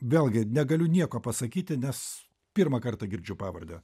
vėlgi negaliu nieko pasakyti nes pirmą kartą girdžiu pavardę